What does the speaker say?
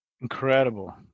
Incredible